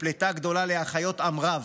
לפליטה גדולה להחיות עם רב,